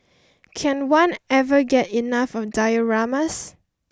can one ever get enough of dioramas